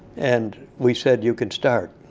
and we said, you can start,